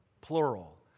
plural